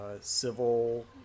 civil